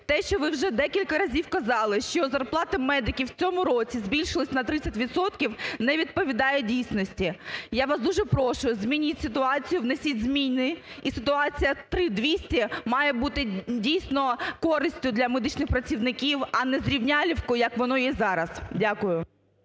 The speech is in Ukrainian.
Те, що ви вже декілька разів казали, що зарплати медиків в цьому році збільшилися на 30 відсотків, не відповідає дійсності. Я вас дуже прошу змініть ситуацію, внесіть зміни і ситуація 3 200 має бути дійсно користю для медичних працівників, а не зрівнялівкою, як воно є зараз. Дякую.